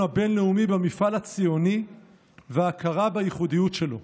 הבין-לאומי במפעל הציוני והכרה בייחודיות שלו.